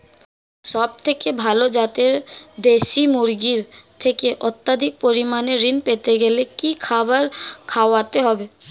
সবথেকে ভালো যাতে দেশি মুরগির থেকে অত্যাধিক পরিমাণে ঋণ পেতে গেলে কি খাবার খাওয়াতে হবে?